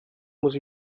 muss